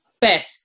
Beth